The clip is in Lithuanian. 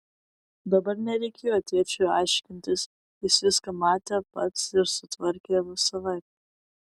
dabar nereikėjo tėčiui aiškintis jis viską matė pats ir sutvarkė savaip